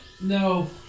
No